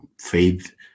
Faith